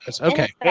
Okay